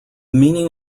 meaning